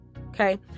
okay